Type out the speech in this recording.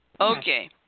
Okay